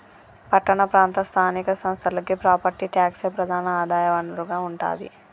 పట్టణ ప్రాంత స్థానిక సంస్థలకి ప్రాపర్టీ ట్యాక్సే ప్రధాన ఆదాయ వనరుగా ఉంటాది